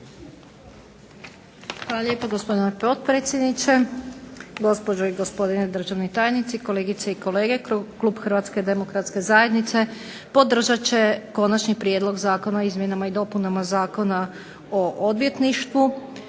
Hvala lijepo gospodine potpredsjedniče, gospođe i gospodo državni tajnici, kolegice i kolege. Klub zastupnika Hrvatske demokratske zajednice podržat će Konačni prijedlog zakona o izmjenama i dopunama Zakona o odvjetništvu,